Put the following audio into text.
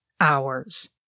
hours